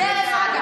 דרך אגב,